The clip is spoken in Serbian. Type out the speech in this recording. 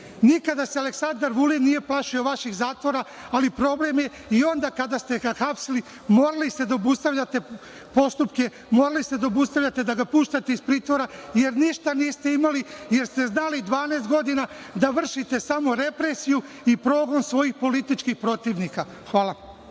zemlju. Nikada se Aleksandar Vulin nije plašio vaših zatvora, ali problem je i onda kada ste ga hapsili. Mogli ste da obustavljate postupke, mogli ste da obustavite, da ga puštate iz pritvora jer ništa niste imali, jeste znali 12 godina da vršite samo represiju i progon svojih političkih protivnika. Hvala.